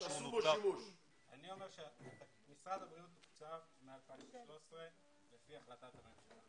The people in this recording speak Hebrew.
אני אומר שמשרד הבריאות תוקצב מ-2013 לפי החלטת הממשלה.